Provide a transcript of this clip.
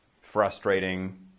frustrating